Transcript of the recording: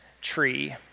tree